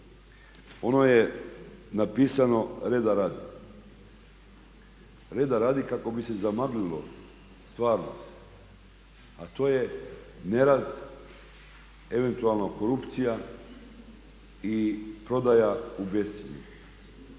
Ono je napisano reda radi kako bi se zamaglilo stvar a to je nerad eventualno korupcija i prodaja u bescjenje.